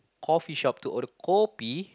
coffee shop to order Kopi